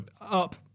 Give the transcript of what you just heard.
up